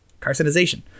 carcinization